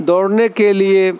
دوڑنے کے لیے